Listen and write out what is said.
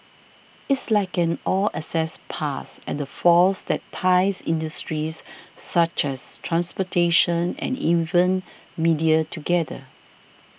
it's like an all access pass and the force that ties industries such as transportation and even media together